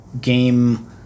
game